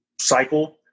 cycle